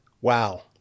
Wow